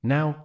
Now